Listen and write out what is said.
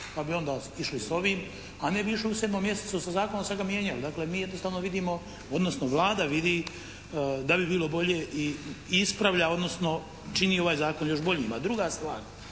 pa bi onda išli s ovim a ne bi išli u 7 mjesecu sa zakonom a sad ga mijenjali. Dakle, mi jednostavno vidimo odnosno Vlada vidi da bi bilo bolje i ispravlja odnosno čini ovaj zakon još boljim. A druga stvar